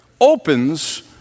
opens